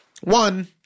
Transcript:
One